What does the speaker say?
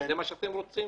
זה מה שאתם רוצים?